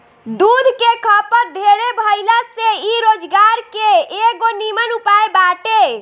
दूध के खपत ढेरे भाइला से इ रोजगार के एगो निमन उपाय बाटे